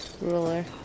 ruler